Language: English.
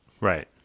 Right